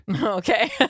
Okay